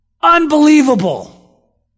Unbelievable